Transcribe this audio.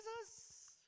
Jesus